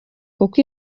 kuko